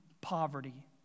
poverty